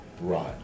Right